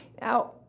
Now